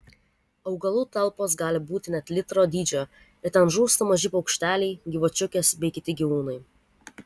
augalų talpos gali būti net litro dydžio ir ten žūsta maži paukšteliai gyvačiukės bei kiti gyvūnai